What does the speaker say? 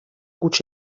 huts